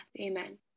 Amen